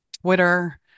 Twitter